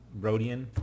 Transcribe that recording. Rodian